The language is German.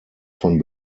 von